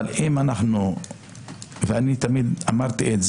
אבל אני תמיד אמרתי,